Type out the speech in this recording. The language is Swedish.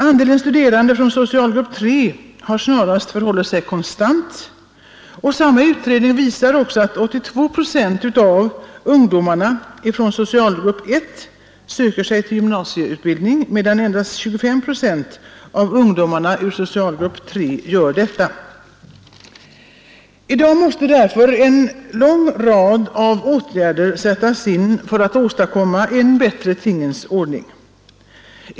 Andelen studerande från socialgrupp 3 har snarare förhållit sig konstant. Samma utredning visar också att 82 procent av ungdomarna från socialgrupp 1 söker sig till gymnasieutbildning, medan endast 25 procent av ungdomarna ur socialgrupp 3 gör detta. I dag måste därför en lång rad av åtgärder sättas in för att åstadkomma en bättre tingens ordning.